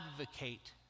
advocate